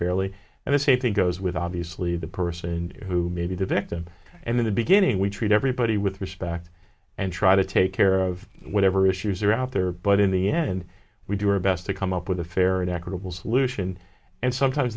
fairly and the safety goes with obviously the person who may be the victim and in the beginning we treat everybody with respect and try to take care of whatever issues are out there but in the end we do our best to come up with a fair and equitable solution and sometimes